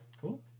Cool